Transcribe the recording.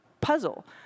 puzzle